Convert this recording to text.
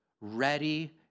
ready